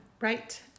right